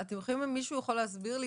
מישהו יכול להסביר לי,